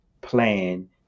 plan